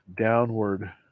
downward